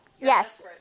Yes